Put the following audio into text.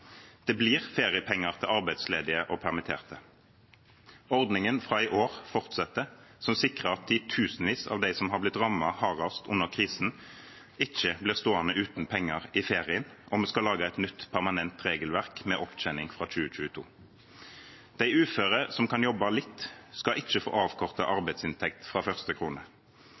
Det blir feriepenger til arbeidsledige og permitterte. Ordningen fra i år fortsetter, noe som sikrer at titusenvis av dem som har blitt rammet hardest under krisen, ikke blir stående uten penger i ferien, og vi skal lage et nytt permanent regelverk med opptjening fra 2022. De uføre som kan jobbe litt, skal ikke få avkortet arbeidsinntekt fra første krone.